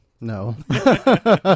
No